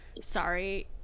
sorry